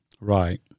Right